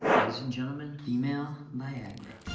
ladies and gentleman, female viagra.